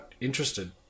interested